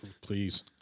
please